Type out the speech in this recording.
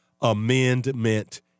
Amendment